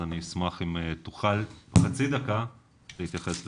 אז אשמח אם תוכל אפילו בחצי דקה להתייחס לזה.